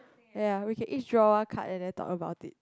ya we can each draw one card and then talk about it